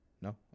No